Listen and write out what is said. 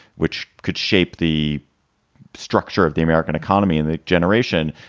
which could shape the structure of the american economy in the generation.